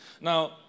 Now